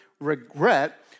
regret